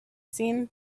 seen